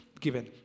given